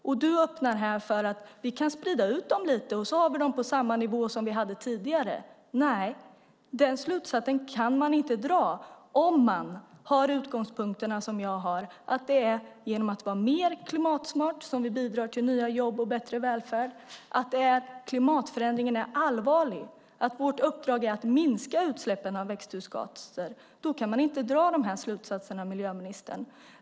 Miljöministern öppnar för att vi kan sprida ut dem lite, och så har vi dem på samma nivå som tidigare. Nej, den slutsatsen kan man inte komma fram till om man har de utgångspunkter som jag har - att det är genom att vara mer klimatsmart som vi bidrar till nya jobb och bättre välfärd, att klimatförändringen är allvarlig och att vårt uppdrag är att minska utsläppen av växthusgasen. Då kan man inte komma fram till den slutsatsen, miljöministern.